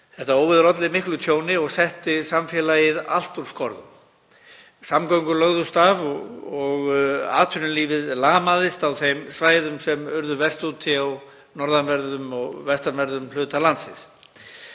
Það óveður olli miklu tjóni og setti samfélagið allt úr skorðum. Samgöngur lögðust af og atvinnulífið lamaðist á þeim svæðum sem urðu verst úti á norðanverðum og vestanverðum hluta landsins.